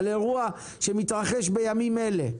על אירוע שמתרחש בימים אלה,